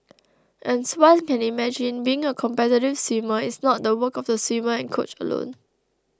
as one can imagine being a competitive swimmer is not the work of the swimmer and coach alone